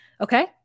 okay